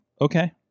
okay